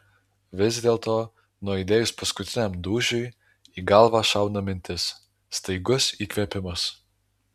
vis dėlto nuaidėjus paskutiniam dūžiui į galvą šauna mintis staigus įkvėpimas